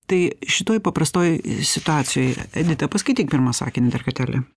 tai šitoj paprastoj situacijoj edita paskaityk pirmą sakinį dar kartelį